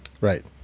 Right